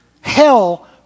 Hell